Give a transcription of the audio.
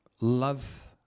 love